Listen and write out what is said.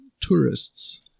tourists